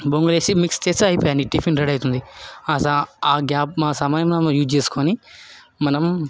బొంగులేసి mix చేస్తే అయిపాయ్ నీకు టిఫిన్ రెడీ అవుతుంది ఆ ఆ సమయంలో మనం యూజ్ చేసుకొని మనం